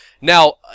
Now